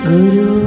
Guru